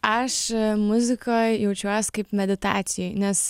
aš muzikoj jaučiuos kaip meditacijoj nes